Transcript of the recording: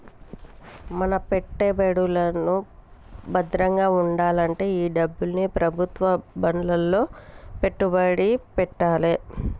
మన పెట్టే పెట్టుబడులు భద్రంగా వుండాలంటే ఆ డబ్బుని ప్రభుత్వం బాండ్లలో పెట్టుబడి పెట్టాలే